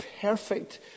perfect